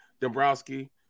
Dombrowski